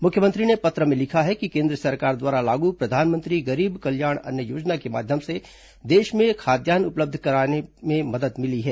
मुख्यमंत्री ने पत्र में लिखा है कि केन्द्र सरकार द्वारा लागू प्रधानमंत्री गरीब कल्याण अन्न योजना के माध्यम से देश में खाद्यान्न उपलब्धता बढ़ाने में मदद मिली है